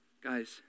Guys